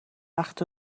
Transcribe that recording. وقت